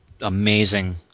amazing